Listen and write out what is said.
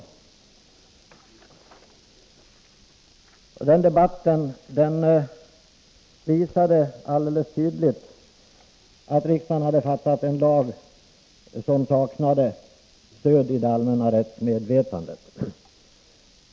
Debatten visade alldeles tydligt att riksdagen hade fattat beslut om en lag som saknade stöd i det allmänna rättsmedvetandet.